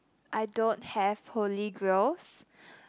I don't have holy grails